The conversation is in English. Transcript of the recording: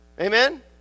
Amen